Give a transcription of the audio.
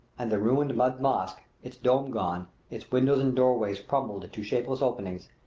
and the ruined mud mosque, its dome gone, its windows and doorways crumbled to shapeless openings,